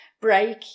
break